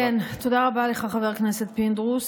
כן, תודה רבה לך, חבר הכנסת פינדרוס.